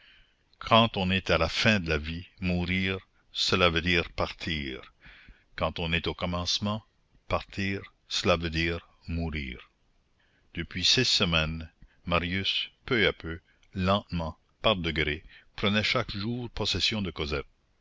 quand on est à la fin de la vie mourir cela veut dire partir quand on est au commencement partir cela veut dire mourir depuis six semaines marius peu à peu lentement par degrés prenait chaque jour possession de cosette